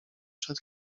przed